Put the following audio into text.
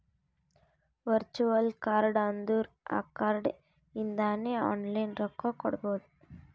virtual card ಅಂದುರ್ ಆ card ಇಂದಾನೆ ಆನ್ಲೈನ್ ರೊಕ್ಕಾ ಕೊಡ್ಬೋದು